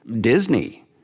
Disney